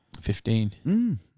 Fifteen